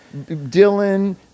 Dylan